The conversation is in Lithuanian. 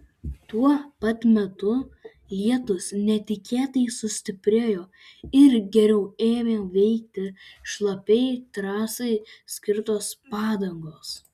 tuo pat metu lietus netikėtai sustiprėjo ir geriau ėmė veikti šlapiai trasai skirtos padangos